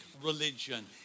religion